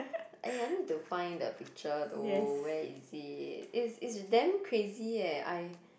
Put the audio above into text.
aiyah need to find the picture though where is it is is damn crazy aye I